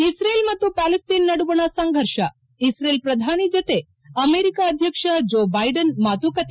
Israel ಹಾಗೂ Palestine ನಡುವಣ ಸಂಘರ್ಷ ಇಶ್ರೇಲ್ ಪ್ರಧಾನಿ ಜತೆ ಅಮೆರಿಕ ಅಧ್ಯಕ್ಷ ಜೋ ದೈಡನ್ ಮಾತುಕತೆ